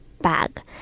bag